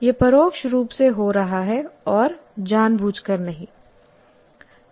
यह परोक्ष रूप से हो रहा है और जानबूझकर नहीं